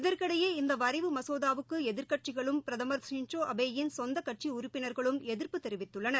இதற்கிடையே இந்த வரைவு மசோதாவுக்கு எதிர்க்கட்சிகளும் பிரதமர் திரு ஷின் ஸோ அபே யின் சொந்தக் கட்சி உறுப்பினர்களும் எதிர்ப்பு தெரிவித்துள்ளனர்